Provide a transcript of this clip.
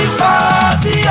party